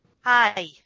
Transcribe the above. Hi